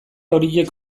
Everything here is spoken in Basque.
horiek